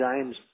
James